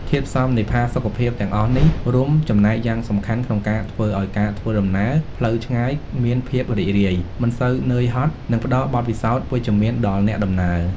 ធាតុផ្សំនៃផាសុកភាពទាំងអស់នេះរួមចំណែកយ៉ាងសំខាន់ក្នុងការធ្វើឱ្យការធ្វើដំណើរផ្លូវឆ្ងាយមានភាពរីករាយ មិនសូវនឿយហត់ និងផ្តល់បទពិសោធន៍វិជ្ជមានដល់អ្នកដំណើរ។